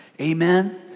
Amen